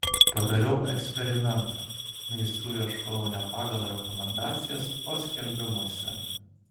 padariau eksperimentą meistrų ieškojau ne pagal rekomendacijas o skelbimuose